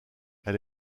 elle